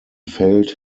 failed